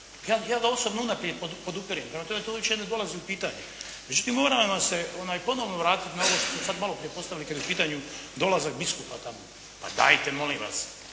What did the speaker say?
ja ga osobno unaprijed podupirem. Prema tome, to uopće ne dolazi u pitanje. Međutim, moramo se ponovno vratiti na ovo što ste sad malo prije postavili kad je u pitanju dolazak biskupa tamo. Pa dajte molim vas,